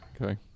Okay